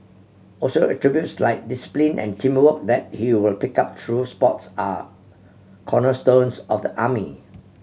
also attributes like discipline and teamwork that he will pick up through sports are cornerstones of the army